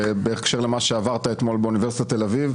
בהקשר למה שעברת אתמול באוניברסיטת תל אביב.